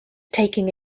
taking